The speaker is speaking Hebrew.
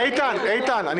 איתן, איתן.